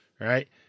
right